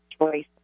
choice